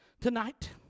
tonight